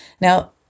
Now